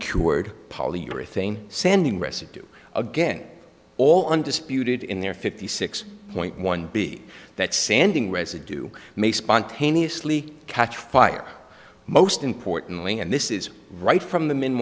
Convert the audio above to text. s polyurethane sanding residue again all undisputed in their fifty six point one b that sanding residue may spontaneously catch fire most importantly and this is right from the m